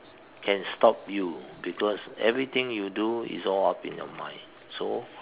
can stop you because everything you do is all up in your mind so